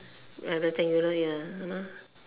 ya rectangular ya ah